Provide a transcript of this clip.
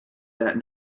that